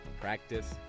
practice